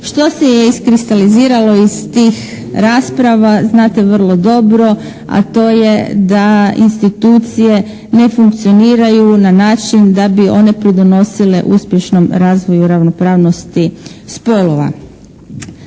Što se je iskristaliziralo iz tih rasprava znate vrlo dobro, a to je da institucije ne funkcioniraju na način da bi one pridonosile uspješnom razvoju ravnopravnosti spolova.